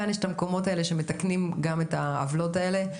כאן יש את המקומות האלה שמתקנים גם את העוולות האלה.